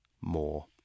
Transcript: more